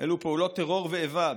אלו פעולות טרור ואיבה.